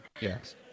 Yes